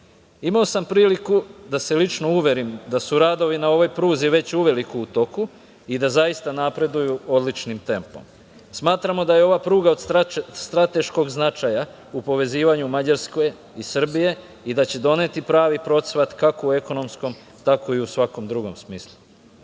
sam priliku da se lično uverim da su radovi na ovoj pruzi već uveliko u toku i da zaista napreduju odličnim tempom. Smatramo da je ova pruga od strateškog značaja u povezivanju Mađarske i Srbije i da će doneti pravi procvat kako u ekonomskom, tako i u svakom drugom smislu. Moram